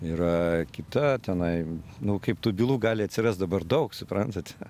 yra kita tenai nu kaip tų bylų gali atsirast dabar daug suprantat